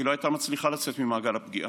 היא לא הייתה מצליחה לצאת ממעגל הפגיעה.